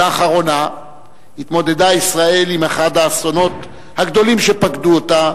לאחרונה התמודדה ישראל עם אחד האסונות הגדולים שפקדו אותה,